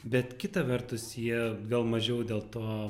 bet kita vertus jie gal mažiau dėl to